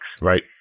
Right